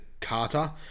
Carter